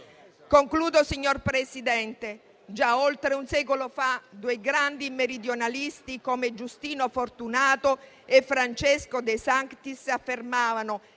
volte, Presidente. Già oltre un secolo fa, due grandi meridionalisti come Giustino Fortunato e Francesco De Sanctis affermavano